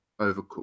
overcooked